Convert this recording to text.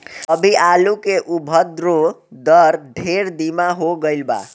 अभी आलू के उद्भव दर ढेर धीमा हो गईल बा